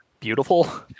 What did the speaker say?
Beautiful